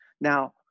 Now